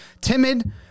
timid